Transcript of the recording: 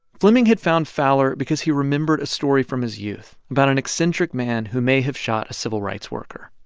fleming had found fowler because he remembered a story from his youth about an eccentric man who may have shot a civil rights worker.